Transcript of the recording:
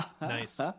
Nice